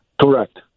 Correct